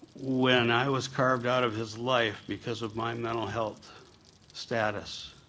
when i was carved out of his life because of my mental health status,